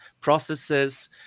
processes